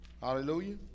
Hallelujah